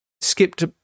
skipped